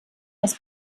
das